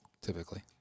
typically